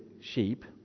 sheep